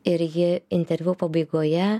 ir ji interviu pabaigoje